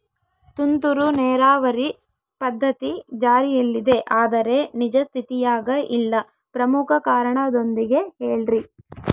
ತುಂತುರು ನೇರಾವರಿ ಪದ್ಧತಿ ಜಾರಿಯಲ್ಲಿದೆ ಆದರೆ ನಿಜ ಸ್ಥಿತಿಯಾಗ ಇಲ್ಲ ಪ್ರಮುಖ ಕಾರಣದೊಂದಿಗೆ ಹೇಳ್ರಿ?